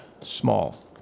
small